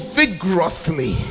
vigorously